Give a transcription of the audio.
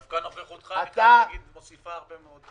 דווקא נוכחותך מוסיפה הרבה מאוד.